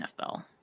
NFL